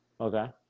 okay